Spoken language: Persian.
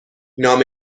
نام